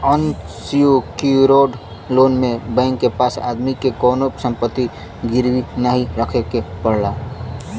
unsecured loan में bank के पास आदमी के कउनो संपत्ति गिरवी नाहीं रखे के पड़ला